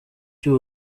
cy’u